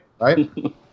right